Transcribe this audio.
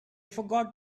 forgot